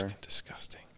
Disgusting